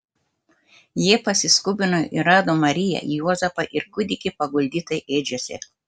jie pasiskubino ir rado mariją juozapą ir kūdikį paguldytą ėdžiose